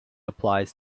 applies